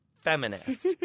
feminist